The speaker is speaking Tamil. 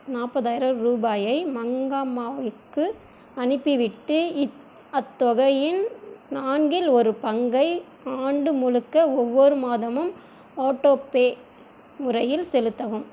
நாற்பதாயிரம் ரூபாயை மங்கம்மாவிக்கு அனுப்பிவிட்டு இத் அத்தொகையின் நான்கில் ஒரு பங்கை ஆண்டு முழுக்க ஒவ்வொரு மாதமும் ஆட்டோபே முறையில் செலுத்தவும்